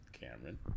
Cameron